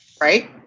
right